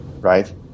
right